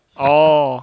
orh